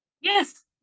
Yes